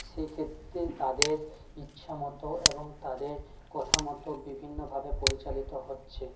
সে ক্ষেত্রে তাদের ইচ্ছামতো এবং তাদের কথা মতো বিভিন্নভাবে পরিচালিত হচ্ছে